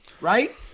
right